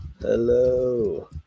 Hello